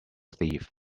thief